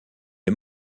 est